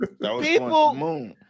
people